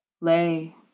lay